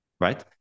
right